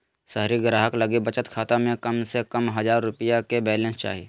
शहरी ग्राहक लगी बचत खाता में कम से कम हजार रुपया के बैलेंस चाही